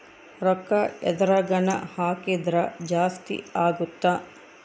ರೂಕ್ಕ ಎದ್ರಗನ ಹಾಕಿದ್ರ ಜಾಸ್ತಿ ಅಗುತ್ತ